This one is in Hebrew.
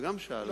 גם שאל אותי,